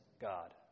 God